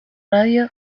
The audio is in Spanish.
radio